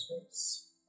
space